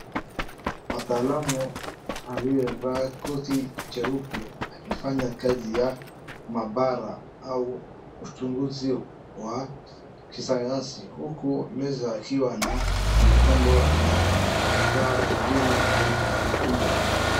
Mtaalamu aliyevaa koti jeupe akifanya kazi ya maabara au uchunguzi wa kisayansi huku meza ikiwa na vyombo na vifaa vingine vya majaribio.